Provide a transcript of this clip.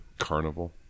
Carnival